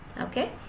Okay